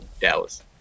Dallas